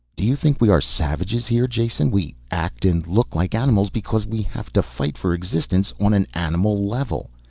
do you think we are savages here, jason? we act and look like animals because we have to fight for existence on an animal level.